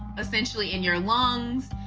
essentially, in your lungs,